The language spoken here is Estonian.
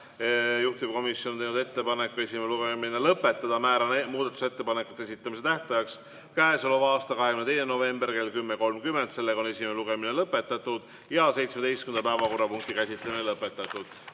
Juhtivkomisjon on teinud ettepaneku esimene lugemine lõpetada. Määran muudatusettepanekute esitamise tähtajaks k.a 22. novembri kell 10.30. Sellega on esimene lugemine lõpetatud ja 17. päevakorrapunkti käsitlemine lõpetatud.